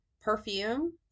Perfume